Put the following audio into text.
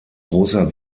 großer